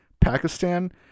Pakistan